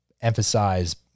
emphasize